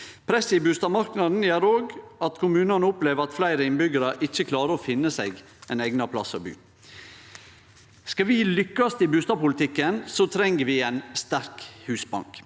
Presset i bustadmarknaden gjer òg at kommunane opplever at fleire innbyggjarar ikkje klarar å finne seg ein eigna plass å bu. Skal vi lukkast i bustadpolitikken, treng vi ein sterk husbank.